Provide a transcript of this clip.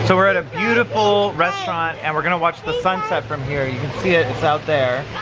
so we're at a beautiful restaurant, and we're gonna watch the sunset from here. you can see it. it's out there.